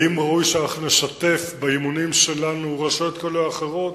האם ראוי שנשתף באימונים שלנו רשויות כאלה או אחרות?